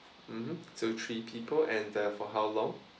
mmhmm so three people and there for how long